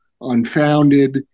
unfounded